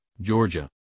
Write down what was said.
georgia